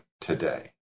today